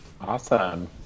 Awesome